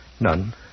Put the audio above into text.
None